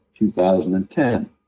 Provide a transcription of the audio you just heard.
2010